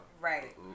Right